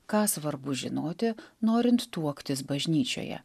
ką svarbu žinoti norint tuoktis bažnyčioje